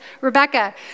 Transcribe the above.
Rebecca